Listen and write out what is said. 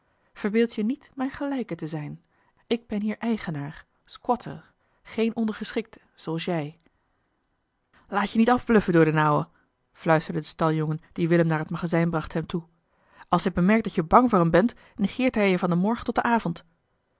verbeeld je niet mijn gelijke te zijn ik ben hier eigenaar squatter geen ondergeschikte zooals jij laat je niet afbluffen door den oude fluisterde de staljongen die willem naar het magazijn bracht hem toe als hij bemerkt dat je bang voor hem bent negert hij je van den morgen tot den avond